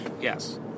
yes